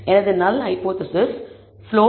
எனவே எனது null hypothesis slope β̂1 0 ஆகும்